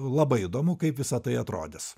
labai įdomu kaip visa tai atrodys